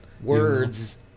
Words